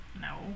No